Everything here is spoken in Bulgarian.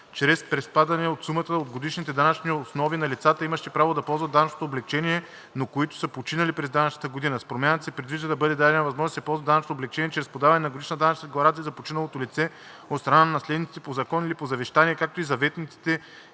чрез приспадане от сумата от годишните данъчни основи на лицата, имащи право да ползват данъчното облекчение, но които са починали през данъчната година. С промяната се предвижда да бъде дадена възможност да се ползва данъчното облекчение чрез подаване на годишна данъчна декларация за починалото лице от страна на наследниците по закон или по завещание, както и заветниците